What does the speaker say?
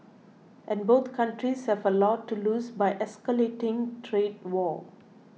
and both countries have a lot to lose by escalating trade war